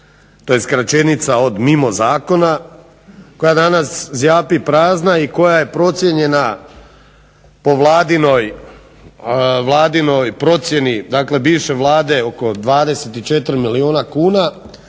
to je skraćenica od mimo zakona koja danas zjapi prazna i koja je procijenjena po vladinoj procjeni dakle bivše vlade oko 24 milijuna kuna